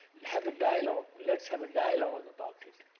have a dialogue, let's have a dialogue about it.